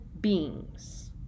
beings